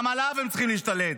גם עליו הם צריכים להשתלט: